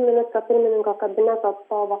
ministro pirmininko kabineto atstovo